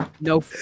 no